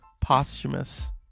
posthumous